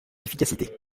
efficacité